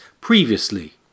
previously